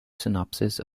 synopsis